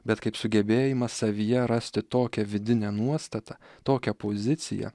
bet kaip sugebėjimas savyje rasti tokią vidinę nuostatą tokią poziciją